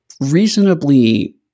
reasonably